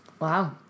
Wow